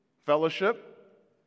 fellowship